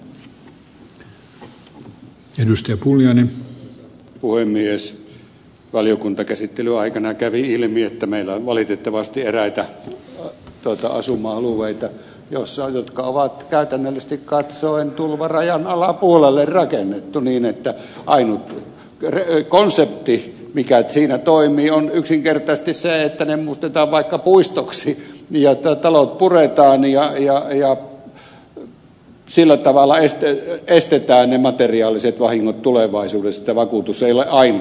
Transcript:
valiokuntakäsittelyn aikana kävi ilmi että meillä on valitettavasti eräitä asuma alueita jotka on käytännöllisesti katsoen tulvarajan alapuolelle rakennettu niin että ainut konsepti mikä siinä toimii on yksinkertaisesti se että ne muutetaan vaikka puistoiksi ja talot puretaan ja sillä tavalla estetään materiaaliset vahingot tulevaisuudesta vakuutusille aina